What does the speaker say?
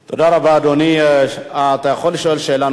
אדוני, תודה רבה.